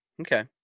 okay